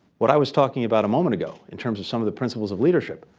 what i was talking about a moment ago in terms of some of the principles of leadership,